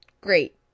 great